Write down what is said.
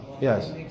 Yes